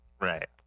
Right